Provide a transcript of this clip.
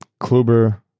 Kluber